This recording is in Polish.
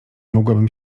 mogłabym